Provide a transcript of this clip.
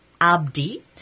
Abdi